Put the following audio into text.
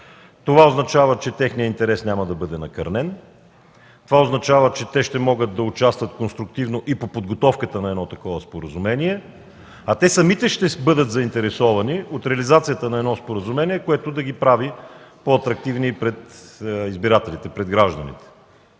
Това означава, че техният интерес няма да бъде накърнен. Това означава, че ще могат да участват конструктивно и по подготовката на такова споразумение, а те самите ще бъдат заинтересовани от реализацията на едно споразумение, което да ги прави по-атрактивни пред избирателите, пред гражданите.